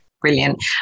Brilliant